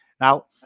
Now